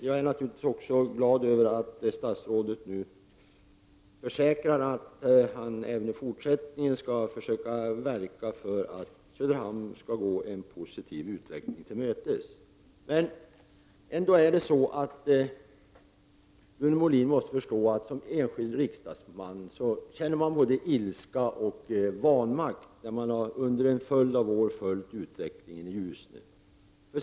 Jag är naturligtvis även glad över att statsrådet nu försäkrar att han även i fortsättningen skall försöka verka för att Söderhamn skall gå en positiv framtid till mötes. Rune Molin måste emellertid förstå att jag som enskild riksdagsman känner både ilska och vanmakt när jag under en följd av år följt utvecklingen i Ljusne.